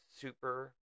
super